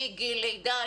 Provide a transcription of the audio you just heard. מגיל לידה.